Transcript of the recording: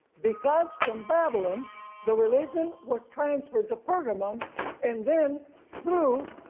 because from babylon the religion was transferred to pergamum and then through